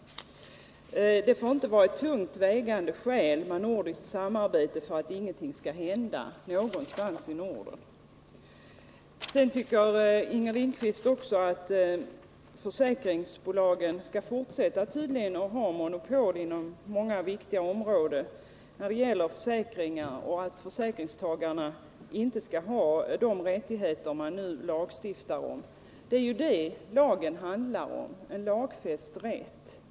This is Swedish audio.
Nordiskt samarbete får inte vara ett så tungt vägande skäl att ingenting händer någonstans i Norden. Sedan tycker tydligen Inger Lindquist att försäkringsbolagen skall fortsätta ha monopol inom viktiga områden när det gäller försäkringar och att försäkringstagarna inte skall ha de rättigheter som vi nu vill lagstifta om. Nr 56 Det är det lagen handlar om — en lagfäst rätt.